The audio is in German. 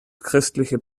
christliche